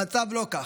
המצב לא כך.